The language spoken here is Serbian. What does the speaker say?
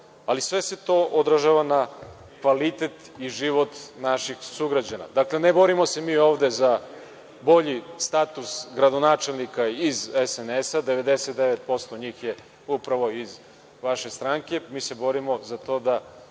ali sve se to odražava na kvalitet i život naših sugrađana. Dakle mi se ovde ne borimo za bolji status gradonačelnika iz SNS-a, 99% njih je upravo iz vaše stranke, mi se borimo za to da